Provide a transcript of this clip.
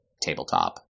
tabletop